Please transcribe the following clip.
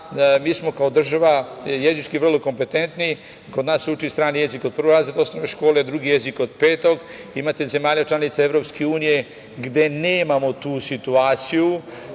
mi smo kao država jezički vrlo kompetentni, kod nas se uči strani jezik od prvog razreda osnovne škole, drugi jezik od petog. Imate zemlje članice EU gde nemamo tu situaciju.